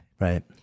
right